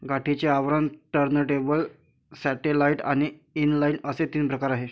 गाठीचे आवरण, turntable, satellite आणि इनलाइन असे तीन प्रकार आहे